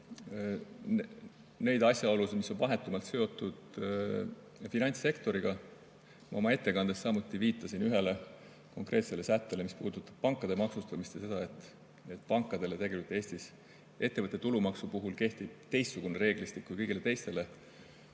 neid asjaolusid, mis on vahetumalt seotud finantssektoriga. Ma oma ettekandes samuti viitasin ühele konkreetsele sättele, mis puudutab pankade maksustamist ja seda, et pankadele tegelikult Eestis ettevõtte tulumaksu puhul kehtib teistsugune reeglistik kui kõigile teistele